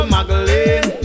Magdalene